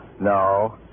No